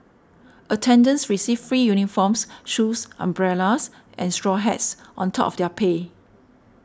attendants received free uniforms shoes umbrellas and straw hats on top of their pay